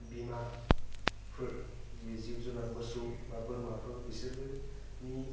बिमा फोर जि जिब जुनार मोसौ बा बोरमाफोर बिसोरो नि